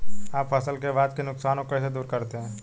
आप फसल के बाद के नुकसान को कैसे दूर करते हैं?